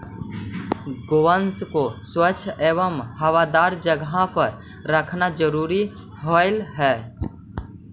गोवंश को स्वच्छ एवं हवादार जगह पर रखना जरूरी रहअ हई